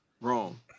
wrong